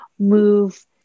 move